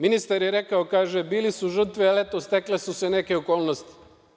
Ministar je rekao – bili su žrtve, ali eto stekle su se neke okolnosti.